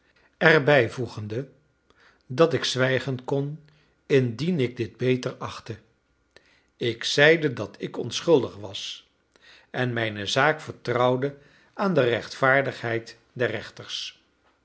er bijvoegende dat ik zwijgen kon indien ik dit beter achtte ik zeide dat ik onschuldig was en mijne zaak vertrouwde aan de rechtvaardigheid der rechters